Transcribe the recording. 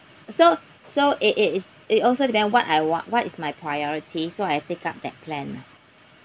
so so it it it it also depend what I want what is my priority so I take up that plan lah